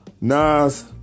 Nas